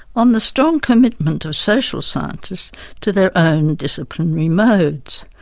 on the strong commitment of social scientists to their own disciplinary modes.